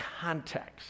context